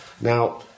Now